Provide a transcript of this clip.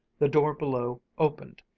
the door below opened,